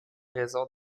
raisons